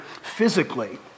physically